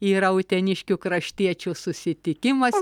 yra uteniškių kraštiečių susitikimas